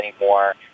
anymore